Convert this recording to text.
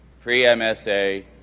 pre-MSA